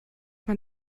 man